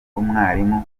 umwarimu